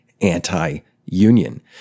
anti-union